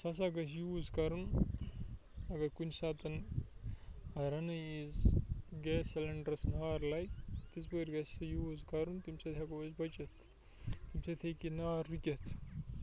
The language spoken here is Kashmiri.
سُہ ہَسا گژھِ یوٗز کَرُن اگر کُنہِ ساتَن رَننہٕ وِز گیس سِلینڈرٛس نار لَگہِ تِژھ پھِرِ گژھِ یوٗز کَرُن تَمہِ سۭتۍ ہٮ۪کو أسۍ بٔچِتھ تَمہِ سۭتۍ ہیٚکہِ نار رُکِتھ